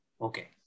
Okay